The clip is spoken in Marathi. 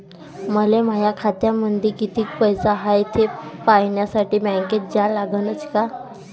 मले माया खात्यामंदी कितीक पैसा हाय थे पायन्यासाठी बँकेत जा लागनच का?